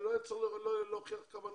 שלא יהיה צריך להוכיח כוונה.